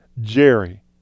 Jerry